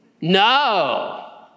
No